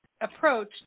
approach